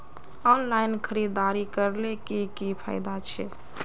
Online खरीदारी करले की की फायदा छे?